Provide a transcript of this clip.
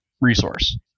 resource